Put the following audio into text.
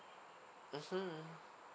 mmhmm mmhmm